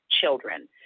children